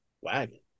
wagon